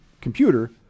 computer